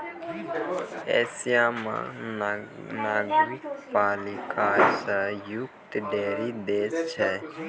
Asia म नगरपालिका स युक्त ढ़ेरी देश छै